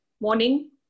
morning